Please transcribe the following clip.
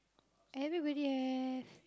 everybody have